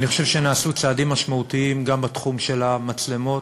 אני חושב שנעשו צעדים משמעותיים גם בתחום של המצלמות,